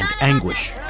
anguish